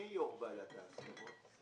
מי יושב-ראש ועדת ההסכמות?